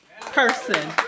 person